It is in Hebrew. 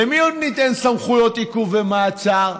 למי עוד ניתן סמכויות עיכוב ומעצר?